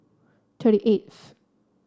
thirty eighth